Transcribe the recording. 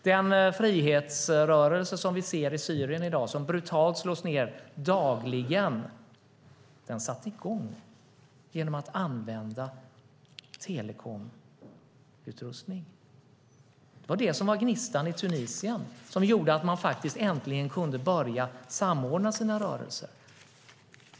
Den frihetsrörelse som vi ser i Syrien i dag och som brutalt slås ned dagligen sattes i gång genom användning av telekomutrustning. Det var också denna som var gnistan i Tunisien som gjorde att man äntligen kunde börja samordna sina rörelser.